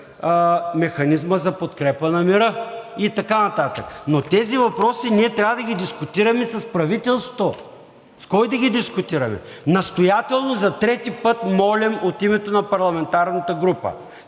Механизмът за подкрепа на мира и така нататък. Но тези въпроси ние трябва да ги дискутираме с правителството. С кой да ги дискутираме? Настоятелно за трети път молим от името на парламентарната група.